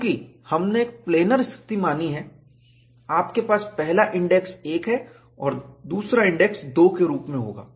चूँकि हमने एक प्लैनर स्थिति मानी है आपके पास पहला इंडेक्स 1 और दूसरा इंडेक्स 2 के रूप में होगा